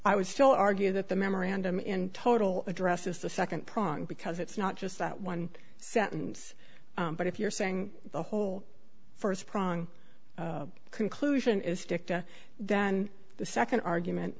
i was still argue that the memorandum in total addresses the second prong because it's not just that one sentence but if you're saying the whole first prong conclusion is dicta then the second argument